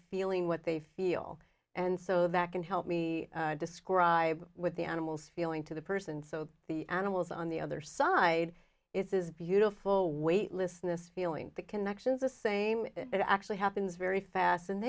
feeling what they feel and so that can help me describe what the animal's feeling to the person so the animals on the other side is is beautiful weightlessness feeling the connections the same that actually happens very fast and